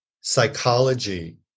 psychology